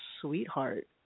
sweetheart